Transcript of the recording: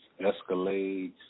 escalades